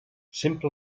sempre